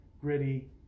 gritty